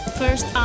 first